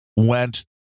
went